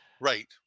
Right